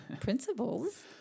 principles